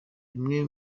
bimwe